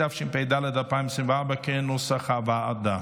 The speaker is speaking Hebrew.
התשפ"ד 2024, כנוסח הוועדה.